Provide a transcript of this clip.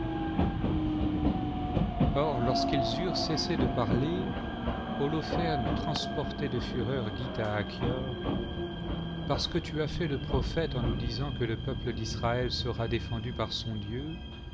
or lorsqu'ils eurent cessé de parler holoferne transporté de fureur dit à achior parce que tu as fait le prophète en nous disant que le peuple d'israël sera défendu par son dieu